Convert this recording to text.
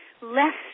less